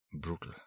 Brutal